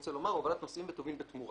רוצה לומר: הובלת נוסעים וטובין בתמורה.